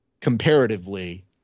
comparatively